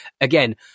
again